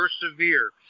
persevere